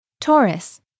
Taurus